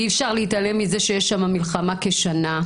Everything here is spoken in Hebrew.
אי-אפשר להתעלם מזה שיש שם מלחמה כשנה,